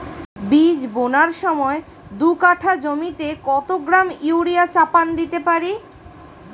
বীজ বোনার সময় দু কাঠা জমিতে কত গ্রাম ইউরিয়া চাপান দিতে পারি?